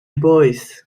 voice